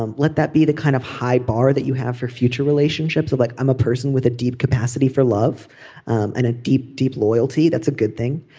um let that be the kind of high bar that you have for future relationships, like i'm a person with a deep capacity for love and a deep, deep loyalty. that's a good thing.